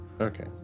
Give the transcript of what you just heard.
Okay